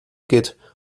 geht